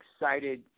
excited